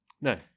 no